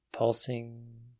Pulsing